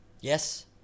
Yes